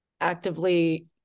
actively